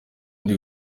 ndi